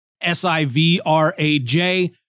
S-I-V-R-A-J